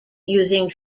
using